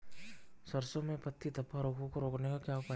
सरसों में पत्ती धब्बा रोग को रोकने का क्या उपाय है?